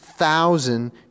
thousand